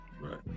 Right